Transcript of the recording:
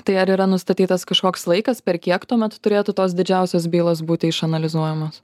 tai ar yra nustatytas kažkoks laikas per kiek tuo metu turėtų tos didžiausios bylos būti išanalizuojamos